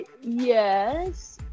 yes